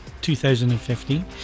2015